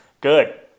good